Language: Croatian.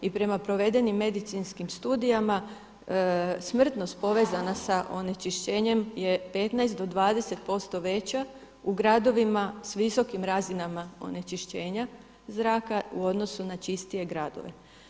I prema provedenim medicinskim studijama smrtnost povezana sa onečišćenjem je 15 do 20% veća u gradovima s visokim razinama onečišćenja zraka u odnosu na čistije gradove.